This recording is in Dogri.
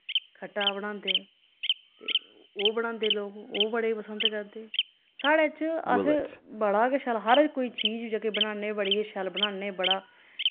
खट्टा बनांदे ते ओह् बनांदे लोग ओह् बड़े पसंद करदे साढ़े च अस बड़ा गै शैल हर कोई चीज़ जेह्की बनान्ने बड़ी गै शैल बनान्ने बड़ा